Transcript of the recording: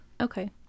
okay